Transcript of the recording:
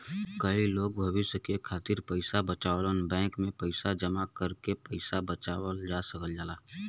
कई लोग भविष्य के खातिर पइसा बचावलन बैंक में पैसा जमा कइके पैसा बचावल जा सकल जाला